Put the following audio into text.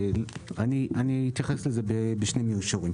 אני אתייחס לזה בשני מישורים: